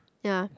ya